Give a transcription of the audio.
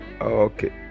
Okay